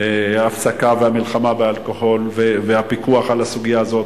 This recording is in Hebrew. המלחמה באלכוהול והפיקוח על הסוגיה הזאת.